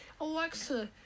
Alexa